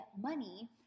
money